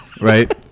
right